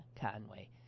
Conway